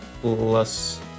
plus